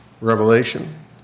Revelation